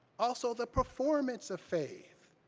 also, the performance of faith,